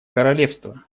королевства